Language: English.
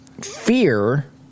fear